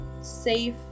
safe